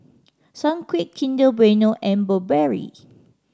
Sunquick Kinder Bueno and Burberry